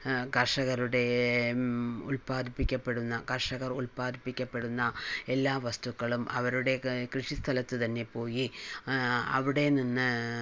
കർഷകരുടെ ഉല്പാദിപ്പിക്കപ്പെടുന്ന കർഷകർ ഉൽപ്പാദിപ്പിക്കപ്പെടുന്ന എല്ലാ വസ്തുക്കളും അവരുടെ കൃഷിസ്ഥലത്തു തന്നെ പോയി അവിടെ നിന്ന്